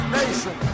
nation